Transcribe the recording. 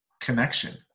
connection